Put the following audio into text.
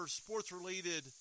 sports-related